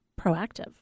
proactive